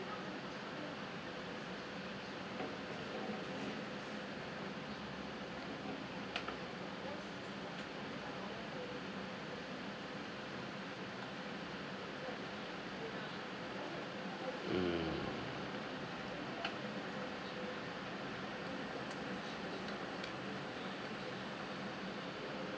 mm